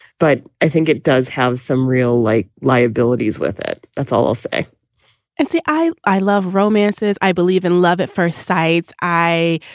but i think it does have some real like liabilities with it that's all i'll say and say i i love romances. i believe in love at first sight. i,